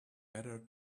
better